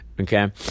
Okay